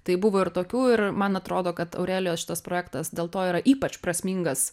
tai buvo ir tokių ir man atrodo kad aurelijos šitas projektas dėl to yra ypač prasmingas